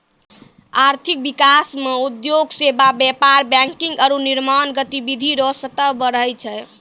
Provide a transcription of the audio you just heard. आर्थिक विकास मे उद्योग सेवा व्यापार बैंकिंग आरू निर्माण गतिविधि रो स्तर बढ़ै छै